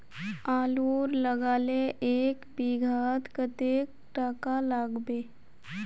आलूर लगाले एक बिघात कतेक टका लागबे?